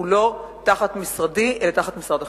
הוא לא תחת משרדי, אלא תחת משרד החינוך,